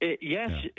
Yes